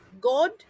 God